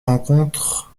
rencontrent